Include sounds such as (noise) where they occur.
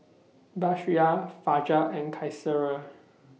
(noise) Batrisya Fajar and Qaisara